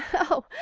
oh,